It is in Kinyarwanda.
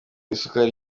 isukari